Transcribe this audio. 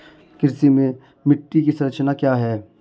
कृषि में मिट्टी की संरचना क्या है?